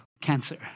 cancer